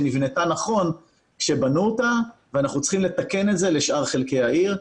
שנבנתה נכון כשבנו אותה ואנחנו צריכים לתקן את זה לשאר חלקי העיר.